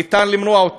אפשר למנוע.